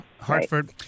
Hartford